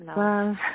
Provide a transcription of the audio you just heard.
love